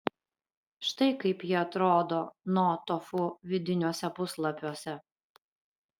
štai kaip ji atrodo no tofu vidiniuose puslapiuose